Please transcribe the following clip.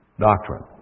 doctrine